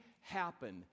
happen